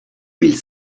mille